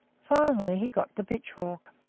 finally, he got the pitchfork,